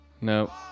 No